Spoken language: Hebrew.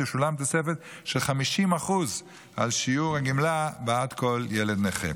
תשולם תוספת של 50% על שיעור הגמלה בעד כל ילד נכה.